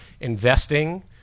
investing